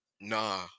Nah